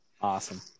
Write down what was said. awesome